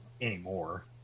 anymore